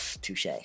Touche